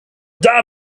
the